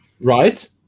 Right